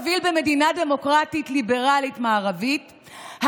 ולימדו אותנו שמדינה שלא רואה ממטר שהורגים מישהו שם,